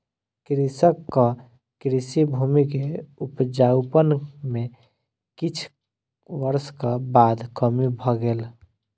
कृषकक कृषि भूमि के उपजाउपन में किछ वर्षक बाद कमी भ गेल